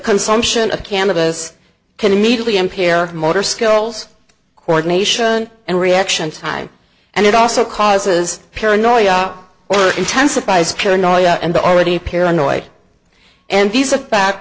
consumption of cannabis can immediately impair motor skills coordination and reaction time and it also causes paranoia or intensifies paranoia and the already paranoid and these